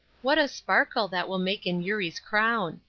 what a sparkle that will make in eurie's crown.